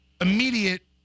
immediate